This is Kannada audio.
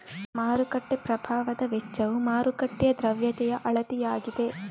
ಮಾರುಕಟ್ಟೆ ಪ್ರಭಾವದ ವೆಚ್ಚವು ಮಾರುಕಟ್ಟೆಯ ದ್ರವ್ಯತೆಯ ಅಳತೆಯಾಗಿದೆ